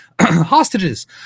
hostages